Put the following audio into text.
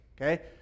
okay